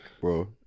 bro